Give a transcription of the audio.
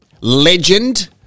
legend